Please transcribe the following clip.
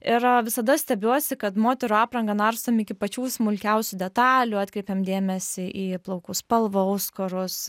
ir visada stebiuosi kad moterų aprangą narstom iki pačių smulkiausių detalių atkreipiam dėmesį į plaukų spalvą auskarus